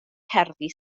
cerddi